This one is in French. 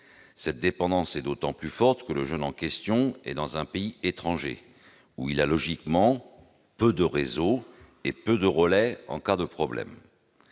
Cette dépendance est d'autant plus forte que le jeune en question se trouve dans un pays étranger, où il a logiquement peu de réseaux et peu de relais en cas de problème.